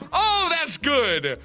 oh that's good!